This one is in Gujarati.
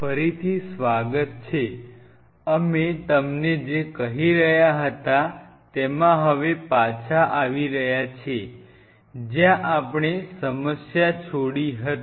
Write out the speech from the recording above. ફરીથી સ્વાગત છે અમે તમને જે કહી રહ્યા હતાં તેમાં હવે પાછા આવી રહ્યા છે જ્યાં આપણે સમસ્યા છોડી હતી